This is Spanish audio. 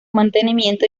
mantenimiento